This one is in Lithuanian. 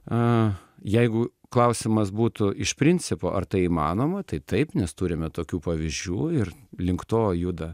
a jeigu klausimas būtų iš principo ar tai įmanoma tai taip nes turime tokių pavyzdžių ir link to juda